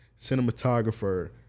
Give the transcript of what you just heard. cinematographer